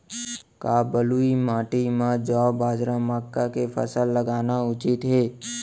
का बलुई माटी म जौ, बाजरा, मक्का के फसल लगाना उचित हे?